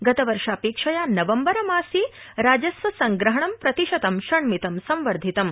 गतवर्षापेक्षया नवम्बरमासे राजस्व संप्रहणे प्रतिशतं षण्मितं संवर्धितम्